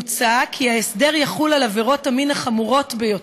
מוצע כי ההסדר יחול על עבירות המין החמורות ביותר,